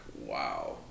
Wow